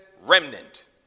remnant